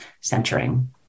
centering